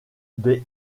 des